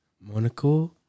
Monaco